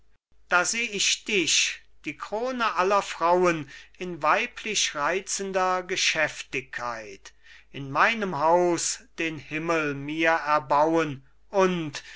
da seh ich dich die krone aller frauen in weiblich reizender geschäftigkeit in meinem haus den himmel mir erbauen und